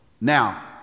Now